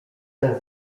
sen